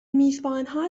میزبانها